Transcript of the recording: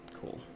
Cool